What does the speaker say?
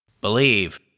Believe